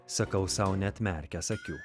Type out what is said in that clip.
sakau sau neatmerkęs akių